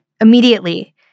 immediately